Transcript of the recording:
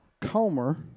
Comer